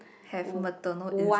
have methanol in